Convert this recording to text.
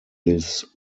this